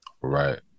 Right